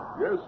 yes